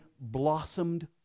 blossomed